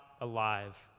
alive